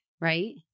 right